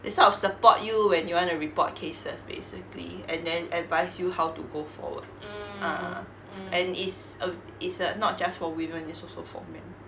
it sort of support you when you want to report cases basically and then advice you how to go forward a'ah and it's uh it's uh not just for women it's also for men